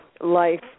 life